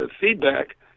feedback